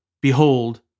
Behold